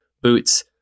boots